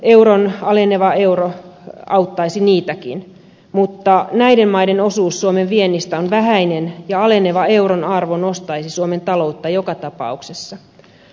toki aleneva euro auttaisi niitäkin mutta näiden maiden osuus suomen viennistä on vähäinen ja aleneva euron arvo nostaisi suomen taloutta joka tapauksessa